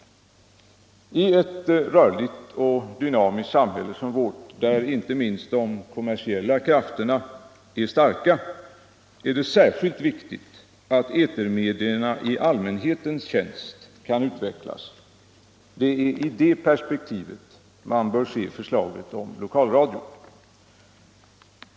I ett rörligt och dynamiskt samhälle som vårt, där inte minst de kommersiella krafterna är starka, är det särskilt viktigt att etermedierna i allmänhetens tjänst kan utvecklas. Det är i det perspektivet som man bör se förslaget om lokalradio.